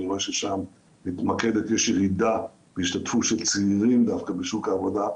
רואה ששם יש ירידה של צעירים דווקא בשוק העבודה,